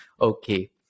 Okay